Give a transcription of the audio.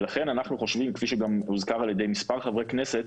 ולכן אנחנו חושבים כפי שגם הוזכר על ידי מספר חברי כנסת,